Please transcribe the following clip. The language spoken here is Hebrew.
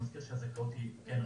אמנם הזכאות היא nיוני,